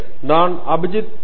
பேராசிரியர் அபிஜித் பி